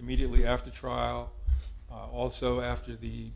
immediately after trial also after the